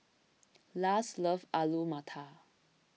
Lars loves Alu Matar